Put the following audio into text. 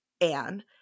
Anne